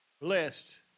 Blessed